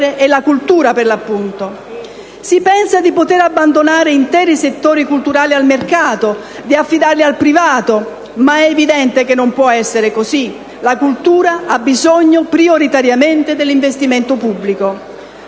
e la cultura, appunto. Si pensa di poter abbandonare interi settori culturali al mercato, di affidarli al privato. Ma è evidente che così non può essere. La cultura ha bisogno prioritariamente dell'investimento pubblico.